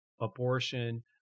abortion